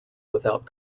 without